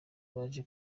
baje